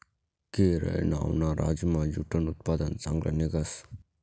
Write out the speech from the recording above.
केरय नावना राज्यमा ज्यूटनं उत्पन्न चांगलं निंघस